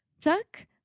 Tuck